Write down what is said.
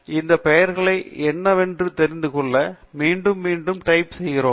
அந்த பெயர்கள் என்னவென்று தெரிந்து கொள்ள மீண்டும் மீண்டும் டைப் செய்கிறோம்